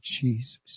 Jesus